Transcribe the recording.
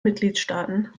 mitgliedstaaten